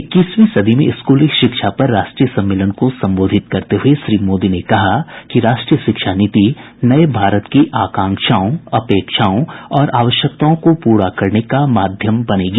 इक्कीसवीं सदी में स्कूली शिक्षा पर राष्ट्रीय सम्मेलन को संबोधित करते हुए श्री मोदी ने कहा कि राष्ट्रीय शिक्षा नीति नये भारत की आकांक्षाओं अपेक्षाओं और आवश्यकताओं को पूरा करने का माध्यम बनेगी